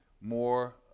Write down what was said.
more